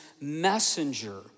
messenger